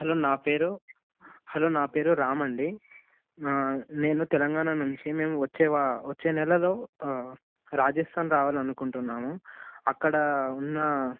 hello నా పేరు hello నా పేరు రామండి నేను తెలంగాణ నుంచి మేము వచ్చే వా వచ్చే నెలలో రాజస్థాన్ రావాలనుకుంటున్నాము అక్కడ ఉన్న